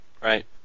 Right